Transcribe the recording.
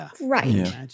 right